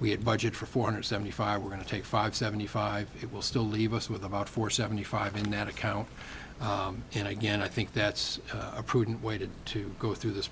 we had budget for foreigners seventy five we're going to take five seventy five it will still leave us with about four seventy five in that account and again i think that's a prudent way to to go through this